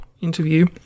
Interview